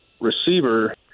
receiver